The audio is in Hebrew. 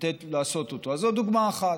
זאת דוגמה אחת.